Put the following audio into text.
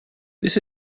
this